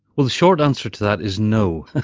well the short answer to that is no,